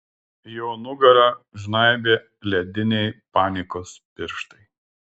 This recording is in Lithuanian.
jo nugarą žnaibė lediniai panikos pirštai